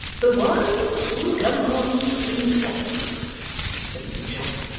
the wan will come on to bring the boxes said mrs jarley,